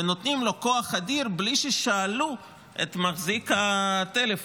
ונותנים לו כוח אדיר בלי ששאלו את מחזיק הטלפון.